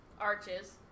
arches